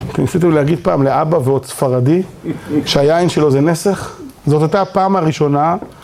כשניסיתם להגיד פעם לאבא ועוד ספרדי, שהיין שלו זה נסך, זאת הייתה הפעם הראשונה...